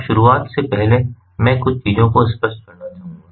अब शुरुआत से पहले मैं कुछ चीजों को स्पष्ट करना चाहूंगा